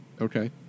Okay